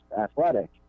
athletic